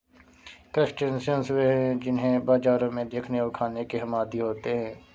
crustaceans वे हैं जिन्हें बाजारों में देखने और खाने के हम आदी होते हैं